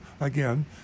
again